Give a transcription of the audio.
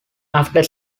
after